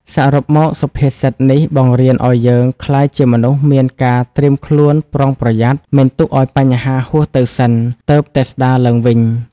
សរុបមកសុភាសិតនេះបង្រៀនឲ្យយើងក្លាយជាមនុស្សមានការត្រៀមខ្លួនប្រុងប្រយ័ត្ន មិនទុកឱ្យបញ្ហាហួសទៅសិនទើបតែស្ដារឡើងវិញ។